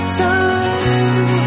time